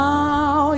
Now